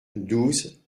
douze